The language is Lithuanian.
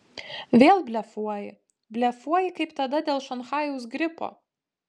vėl blefuoji blefuoji kaip tada dėl šanchajaus gripo